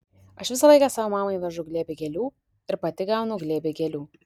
aš visą laiką savo mamai vežu glėbį gėlių ir pati gaunu glėbį gėlių